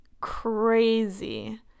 Crazy